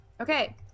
Okay